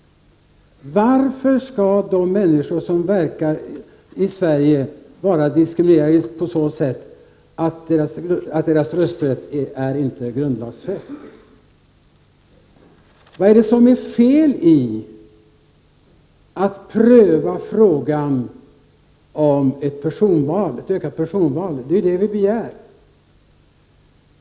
Varför skall de människor som verkar i Sverige vara diskriminerade på så sätt att deras rösträtt inte är grundlagsfäst? Vad är det som är fel i att pröva frågan om ett ökat personval? Det är ju vad vi begär.